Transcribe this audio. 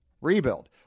rebuild